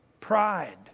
pride